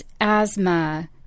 asthma